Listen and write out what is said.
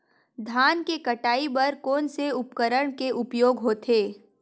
धान के कटाई बर कोन से उपकरण के उपयोग होथे?